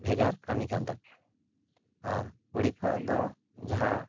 ᱵᱷᱮᱜᱟᱨ ᱠᱟᱹᱢᱤ ᱠᱟᱱ ᱛᱟᱠᱚᱣᱟ ᱟᱨ ᱠᱩᱲᱤ ᱠᱚᱣᱟᱜ ᱫᱚ ᱡᱟᱦᱟᱸ